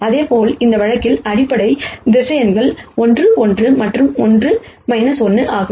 இதேபோல் இந்த வழக்கில் அடிப்படை வெக்டர்ஸ் 1 1 மற்றும் 1 1 ஆகும்